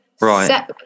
right